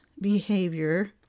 behavior